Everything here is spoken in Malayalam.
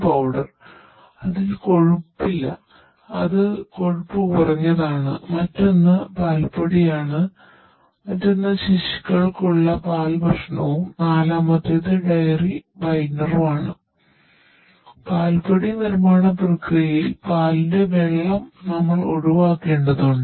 പാൽപ്പൊടി നിർമ്മാണ പ്രക്രിയയിൽ പാലിലെ വെള്ളം നമ്മൾ ഒഴിവാക്കേണ്ടതുണ്ട്